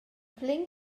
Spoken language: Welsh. flin